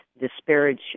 disparage